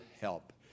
help